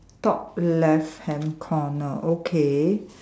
top left hand corner okay